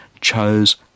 chose